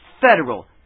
federal